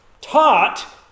taught